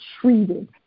treated